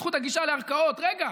בזכות הגישה לערכאות: רגע,